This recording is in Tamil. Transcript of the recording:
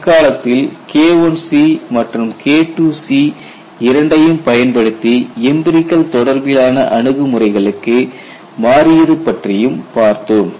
பிற்காலத்தில் K1C மற்றும் KIIC இரண்டையும் பயன்படுத்தி எம்பிரிகல் தொடர்பிலான அணுகுமுறைகளுக்கு மாறியது பற்றியும் பார்த்தோம்